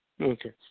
Okay